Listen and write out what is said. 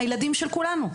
הילדים של כולנו.